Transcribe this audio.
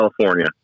California